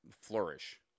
flourish